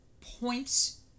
points